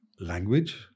language